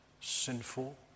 sinful